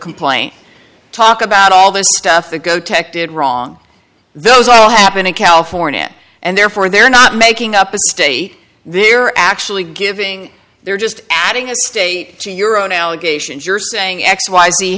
complaint talk about all this stuff that go tech did wrong those all happen in california and therefore they're not making up a state they're actually giving they're just adding a state to your own allegations you're saying x